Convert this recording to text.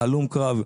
הלום קרב,